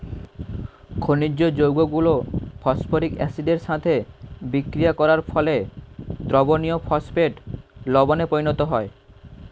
খনিজ যৌগগুলো ফসফরিক অ্যাসিডের সাথে বিক্রিয়া করার ফলে দ্রবণীয় ফসফেট লবণে পরিণত হয়